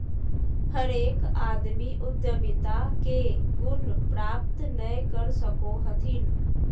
हरेक आदमी उद्यमिता के गुण प्राप्त नय कर सको हथिन